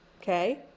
Okay